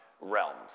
Realms